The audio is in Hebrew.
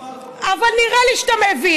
אבל נראה לי שאתה מבין.